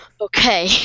Okay